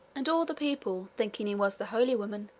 and all the people, thinking he was the holy woman,